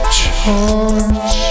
charge